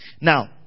Now